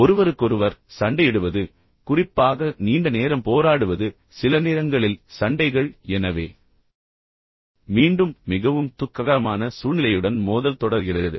ஒருவருக்கொருவர் சண்டையிடுவது குறிப்பாக நீண்ட நேரம் போராடுவது சில நேரங்களில் சண்டைகள் எனவே மீண்டும் மிகவும் துக்ககரமான சூழ்நிலையுடன் மோதல் தொடர்கிறது